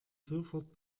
sofort